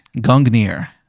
Gungnir